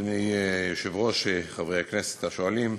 אדוני היושב-ראש, חברי הכנסת השואלים,